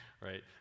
right